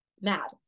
mad